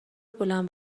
بلند